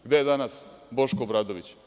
Gde je danas Boško Obradović?